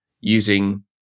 using